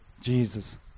Jesus